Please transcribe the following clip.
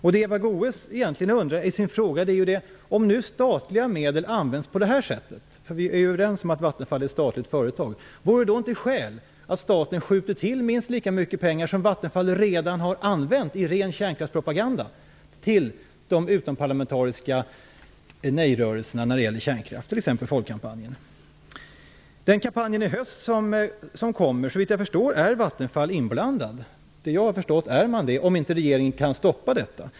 Det Eva Goës egentligen undrar i sin fråga är om det, om nu statliga medel används på det här sättet - för vi är ju överens om att Vattenfall är ett statligt företag - inte finns skäl för staten att skjuta till minst lika mycket pengar som Vattenfall redan har använt i ren kärnkraftspropaganda till de utomparlamentariska nej-rörelserna när det gäller kärnkraft, t.ex. Folkkampanjen mot kärnkraft. Såvitt jag förstår är Vattenfall inblandad i den kampanj som kommer i höst, om inte regeringen kan stoppa detta.